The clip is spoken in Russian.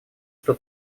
что